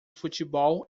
futebol